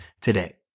today